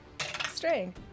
string